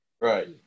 right